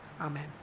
Amen